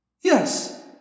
Yes